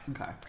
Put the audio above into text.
Okay